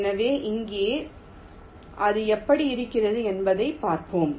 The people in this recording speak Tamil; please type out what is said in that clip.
எனவே இங்கே அது எப்படி இருக்கிறது என்பதைப் பார்ப்போம்